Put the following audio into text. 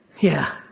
yeah.